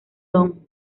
don